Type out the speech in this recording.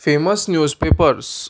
famous newspapers